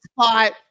spot